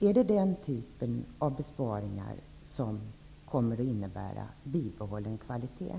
Är det den typen av besparingar som innebär en bibehållen kvalitet?